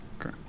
Okay